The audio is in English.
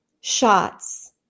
shots